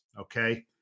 Okay